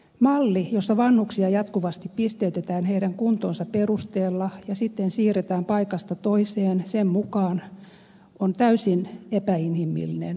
malli jossa vanhuksia jatkuvasti pisteytetään heidän kuntonsa perusteella ja sitten siirretään paikasta toiseen sen mukaan on täysin epäinhimillinen